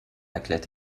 erklärt